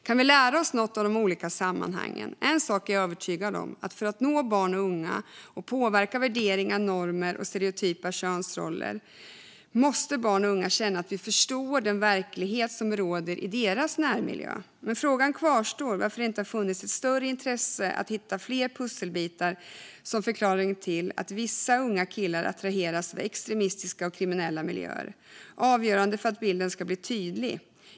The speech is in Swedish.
Kan vi lära oss något av de olika sammanhangen? En sak är jag övertygad om: För att vi ska nå barn och unga och påverka värderingar, normer och stereotypa könsroller måste barn och unga känna att vi förstår den verklighet som råder i deras närmiljö. Frågan kvarstår varför det inte funnits ett större intresse av att hitta fler pusselbitar som förklaring till att vissa unga killar attraheras av extremistiska och kriminella miljöer. Det är avgörande för att bilden ska bli tydlig.